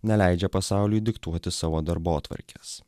neleidžia pasauliui diktuoti savo darbotvarkės